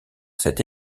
cette